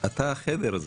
אתה החדר הזה,